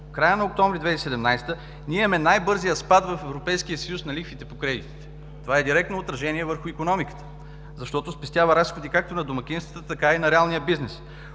края на октомври 2017 г. ние имаме най-бързия спад в Европейския съюз на лихвите по кредитите. Това е директно отражение върху икономиката, защото спестява разходи както на домакинствата, така и на реалния бизнес.